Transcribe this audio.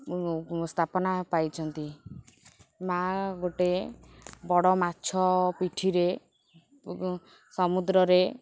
ସ୍ଥାପନା ପାଇଛନ୍ତି ମାଆ ଗୋଟେ ବଡ଼ ମାଛ ପିଠିରେ ସମୁଦ୍ରରେ